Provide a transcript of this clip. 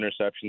interceptions